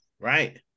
right